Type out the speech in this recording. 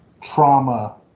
trauma